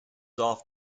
off